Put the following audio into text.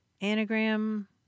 Anagram